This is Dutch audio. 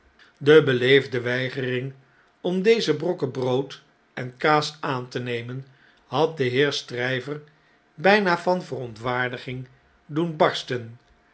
de beleefde weigering om deze brokken brood en kaas aan te nemen had den heer stryver bijna van verontwaardiging doen barsten